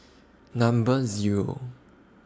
Number Zero